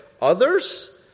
Others